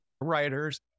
writers